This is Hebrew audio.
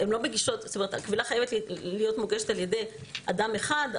הקבילה חייבת להיות מוגשת על ידי אדם אחד,